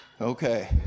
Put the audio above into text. Okay